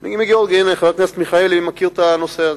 מגאורגיה, חבר הכנסת מיכאלי מכיר את הנושא הזה.